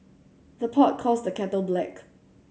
the pot calls the kettle black